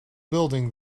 building